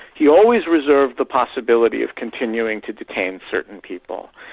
he always reserved the possibility of continuing to detain certain people.